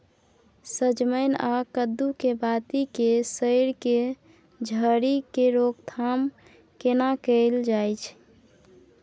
सजमैन आ कद्दू के बाती के सईर के झरि के रोकथाम केना कैल जाय?